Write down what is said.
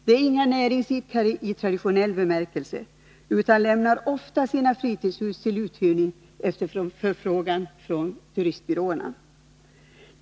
De är inga näringsidkare i traditionell bemärkelse, utan lämnar ofta sina fritidshus till uthyrning efter förfrågan från turistbyråerna.